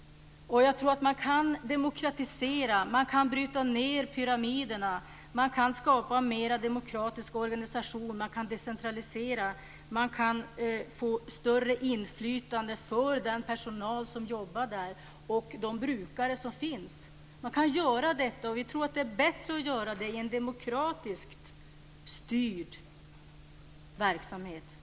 Jag tror att man kan demokratisera och bryta ned pyramiderna. Man kan skapa en mera demokratisk organisation, man kan decentralisera och man kan ge större inflytande åt personalen och åt brukarna. Vi tror att det är bättre att göra detta i en demokratiskt styrd verksamhet.